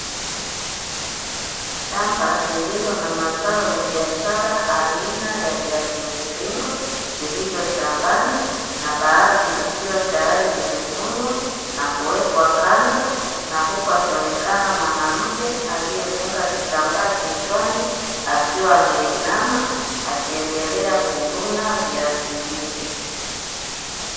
Shamba lililo na mazao ya biashara aina ya viazi mviringo, vilivyo shambani na baadhi vikiwa tayari vimevunwa na kuwekwa kando na huku akionekana mwanamke aliefunga kitambaa kichwani akiwa ameinama akiendelea kuvuna viazi hivyo.